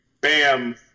bam